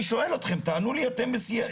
אני שואל אתכם ותענו לי אתם שיא הרצינות,